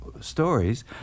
stories